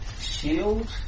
Shield